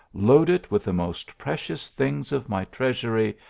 load it with the most precious things of my treasury,